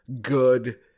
good